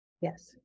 Yes